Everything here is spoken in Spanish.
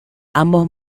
ambos